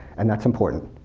and that's important.